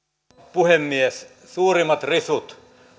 puhemies suurimmat risut